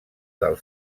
del